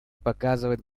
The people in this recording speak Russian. показывает